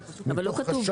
את הטענה הזאת קיבלתי.